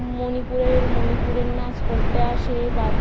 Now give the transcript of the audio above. মণিপুরের মণিপুরের নাচ করতে আসে বা